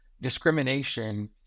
discrimination